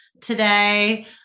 today